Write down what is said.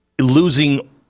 losing